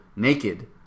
Naked